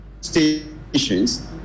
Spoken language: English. stations